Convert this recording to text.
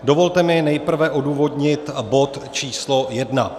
Dovolte mi nejprve odůvodnit bod číslo 1.